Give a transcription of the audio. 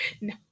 No